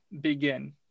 begin